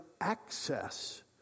access